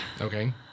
okay